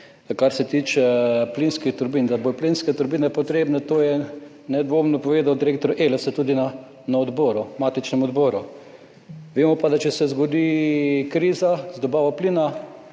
Kar se tiče plinskih turbin, da bodo plinske turbine potrebne, to je nedvomno povedal direktor Elesa tudi na matičnem odboru. Vemo pa, da če se zgodi kriza z dobavo plina,